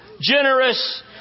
generous